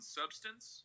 substance